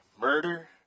murder